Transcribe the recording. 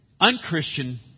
unchristian